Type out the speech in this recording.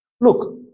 Look